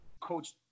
coach